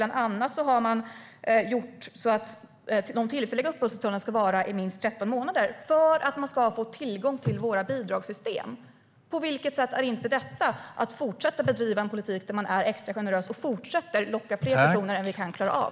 Bland annat har man gjort så att de tillfälliga uppehållstillstånden ska gälla i minst 13 månader - för att människor ska få tillgång till våra bidragssystem. På vilket sätt är inte detta att fortsätta bedriva en politik där man är extra generös och fortsätter att locka fler människor än vi klarar av?